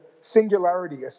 singularity